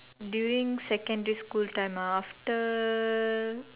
during secondary school time ah after